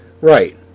Right